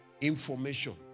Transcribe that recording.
information